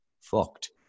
fucked